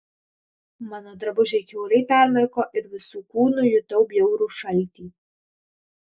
mano drabužiai kiaurai permirko ir visu kūnu jutau bjaurų šaltį